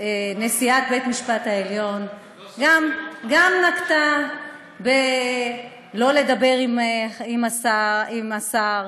נשיאת בית-המשפט העליון נקטה אי-דיבור עם השר.